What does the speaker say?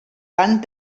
van